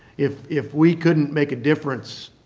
if if we couldn't make a difference